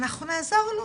אנחנו נעזור לו.